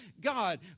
God